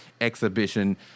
exhibition